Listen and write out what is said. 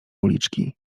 uliczki